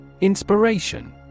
Inspiration